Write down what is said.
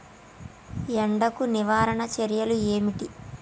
ఎండకు నివారణ చర్యలు ఏమిటి?